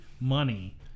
money